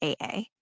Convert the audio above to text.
AA